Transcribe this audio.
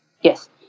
Yes